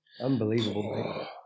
Unbelievable